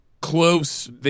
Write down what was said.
close